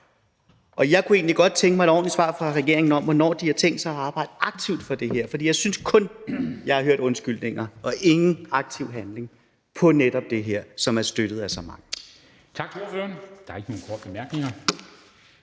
Jeg kunne egentlig godt tænke mig et ordentligt svar fra regeringen på, hvornår de har tænkt sig at arbejde aktivt for det her. For jeg synes kun, at jeg har hørt undskyldninger og ingen aktiv handling på netop det her, som er støttet af så mange.